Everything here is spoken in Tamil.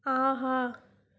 ஆஹா